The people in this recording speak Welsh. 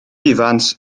ifans